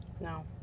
No